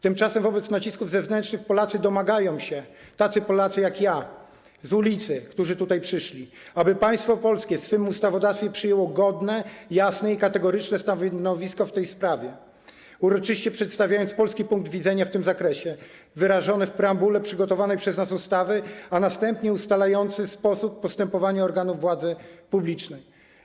Tymczasem wobec nacisków zewnętrznych Polacy domagają się, tacy Polacy jak ja, z ulicy, którzy tutaj przyszli, aby państwo polskie w swym ustawodawstwie przyjęło godne, jasne i kategoryczne stanowisko w tej sprawie, uroczyście przedstawiając polski punkt widzenia w tym zakresie, wyrażony w preambule przygotowanej przez nas ustawy, a następnie ustalający sposób postępowania organów władzy publicznej.